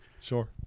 sure